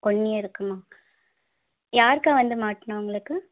one year இருக்குமா யாரு அக்கா வந்து மாட்டினா உங்களுக்கு